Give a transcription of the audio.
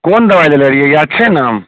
कोन दबाइ लेने रहियै याद छै ने